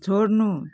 छोड्नु